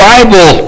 Bible